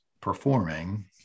performing